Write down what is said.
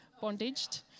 Bondaged